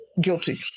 guilty